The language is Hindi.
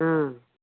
यहाँ नहीं